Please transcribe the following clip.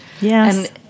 Yes